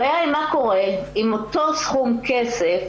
הבעיה היא מה קורה עם אותו סכום כסף